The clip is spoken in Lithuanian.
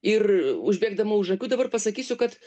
ir užbėgdama už akių dabar pasakysiu kad